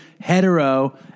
hetero